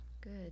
Good